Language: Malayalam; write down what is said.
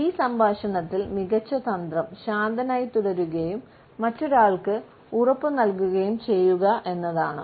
ഈ സംഭാഷണത്തിൽ മികച്ച തന്ത്രം ശാന്തനായി തുടരുകയും മറ്റൊരാൾക്ക് ഉറപ്പ് നൽകുകയും ചെയ്യുക എന്നതാണ്